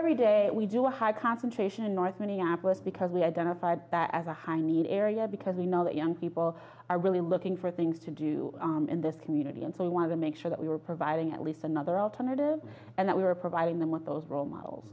every day we do a high concentration in north minneapolis because we identified that as a high need area because we know that young people are really looking for things to do in this community and we want to make sure that we're providing at least another alternative and that we're providing them with those role models